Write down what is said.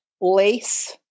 lace